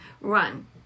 Run